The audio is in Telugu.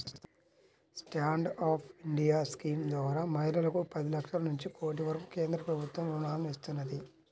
స్టాండ్ అప్ ఇండియా స్కీమ్ ద్వారా మహిళలకు పది లక్షల నుంచి కోటి వరకు కేంద్ర ప్రభుత్వం రుణాలను ఇస్తున్నది